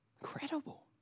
Incredible